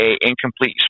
incomplete